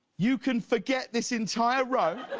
you can forget this entire row